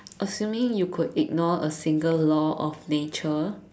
assuming you could ignore a single law of nature